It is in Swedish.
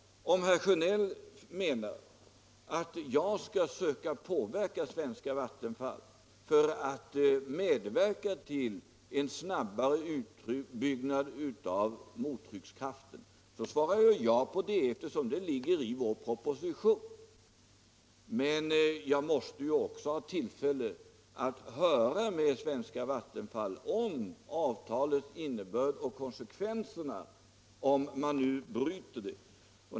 Om herr Sjönell menar att jag skall söka påverka Vattenfall för att de skall medverka till en snabbare utbyggnad av mottryckskraften så svarar jag ja på det eftersom det ligger i vår proposition. Men jag måste också ha tillfälle att höra med Vattenfall om avtalets innebörd och konsekvenserna om man bryter det.